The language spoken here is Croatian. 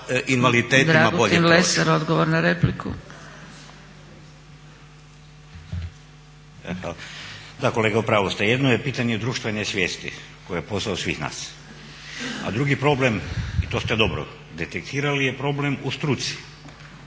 drugi problem i to ste dobro detektirali je problem u struci.